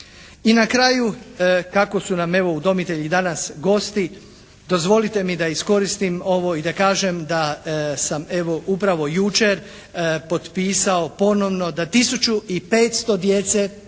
I na kraju kako su nam evo udomitelji danas gosti, dozvolite da iskoristim ovo i da kažem da sam evo upravo jučer potpisao ponovno da tisuću i 500 djece